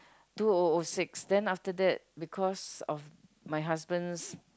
two O O six then after that because of my husband's